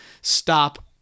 stop